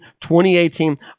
2018